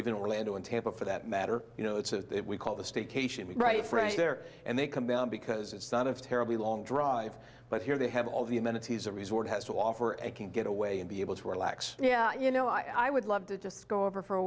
even orlando and tampa for that matter you know it's a we call the staycation right friends there and they come down because it's not a terribly long drive but here they have all the amenities a resort has to offer and can get away and be able to relax yeah you know i would love to just go over for a